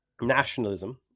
nationalism